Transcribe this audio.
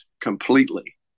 completely